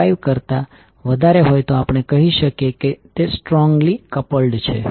5 કરતા વધારે હોય તો આપણે કહીએ છીએ કે તે સ્ટ્રોંગલી કપલ્ડ છે